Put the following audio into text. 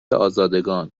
آزادگان